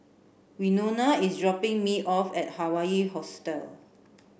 Winona is dropping me off at Hawaii Hostel